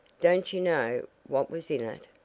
don't you know what was in it?